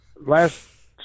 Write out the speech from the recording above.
last